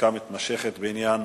(עסקה מתמשכת בעניין